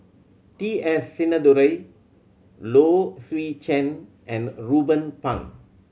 T S Sinnathuray Low Swee Chen and Ruben Pang